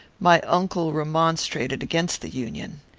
my uncle remonstrated against the union.